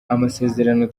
amasezerano